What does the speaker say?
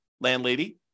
landlady